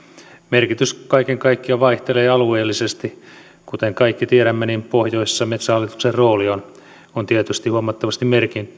merkitys kaiken kaikkiaan vaihtelee alueellisesti kuten kaikki tiedämme pohjoisessa metsähallituksen rooli on tietysti huomattavasti